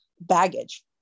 baggage